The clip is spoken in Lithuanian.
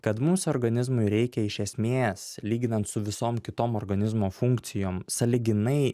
kad mūsų organizmui reikia iš esmės lyginant su visom kitom organizmo funkcijom sąlyginai